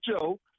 Joe